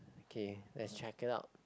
okay let's check it out